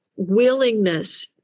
Willingness